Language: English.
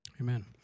Amen